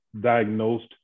diagnosed